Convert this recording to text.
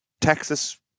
Texas